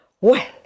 Well